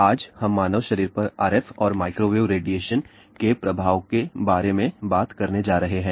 आज हम मानव शरीर पर RF और माइक्रोवेव रेडिएशन के प्रभाव के बारे में बात करने जा रहे हैं